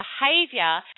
behavior